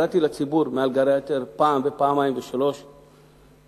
קראתי לציבור מעל גלי האתר פעם ופעמיים ושלוש להתלונן.